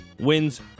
wins